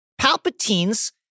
Palpatine's